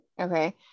Okay